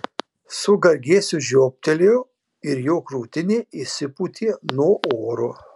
su gargėsiu žioptelėjo ir jo krūtinė išsipūtė nuo oro